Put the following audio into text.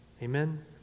Amen